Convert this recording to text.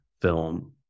film